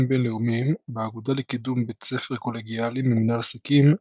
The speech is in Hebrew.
בין־לאומיים באגודה לקידום בתי ספר קולגיאליים למנהל עסקים,